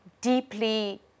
deeply